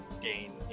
gain